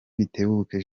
bitebuke